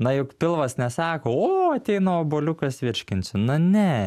na juk pilvas nesako o ateina obuoliukas virškinsiu na ne